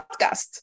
podcast